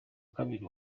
kabiri